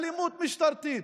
באלימות משטרתית,